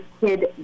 kid